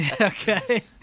Okay